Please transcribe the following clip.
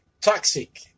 toxic